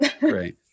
Right